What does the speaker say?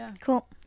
Cool